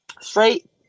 Straight